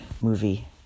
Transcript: movie